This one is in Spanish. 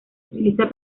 utiliza